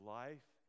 life